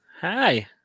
hi